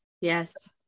Yes